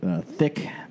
thick